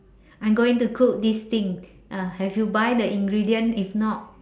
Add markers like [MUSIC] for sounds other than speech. I'm going to cook this thing [NOISE] ah have you buy the ingredient if not